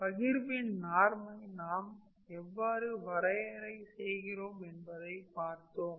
பகிர்வின் நார்மை நாம் எவ்வாறு வரையறை செய்கிறோம் என்பதை பார்த்தோம்